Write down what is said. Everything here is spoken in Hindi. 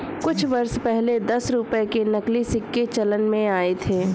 कुछ वर्ष पहले दस रुपये के नकली सिक्के चलन में आये थे